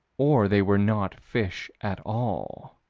or they were not fish at all.